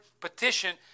petition